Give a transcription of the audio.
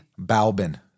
balbin